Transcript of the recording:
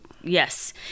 Yes